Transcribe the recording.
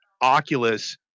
Oculus